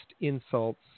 insults